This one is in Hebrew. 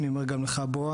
אני אומר גם לך בועז,